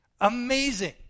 Amazing